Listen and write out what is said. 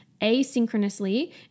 asynchronously